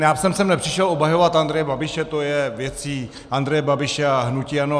Já jsem sem nepřišel obhajovat Andreje Babiše, to je věcí Andreje Babiše a hnutí ANO.